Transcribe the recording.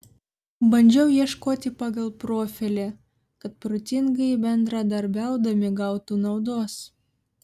bandžiau ieškoti pagal profilį kad protingai bendradarbiaudami gautų naudos